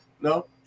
No